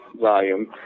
volume